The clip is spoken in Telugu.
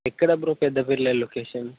ఎక్కడ బ్రో పెద్దపల్లిలో లొకేషన్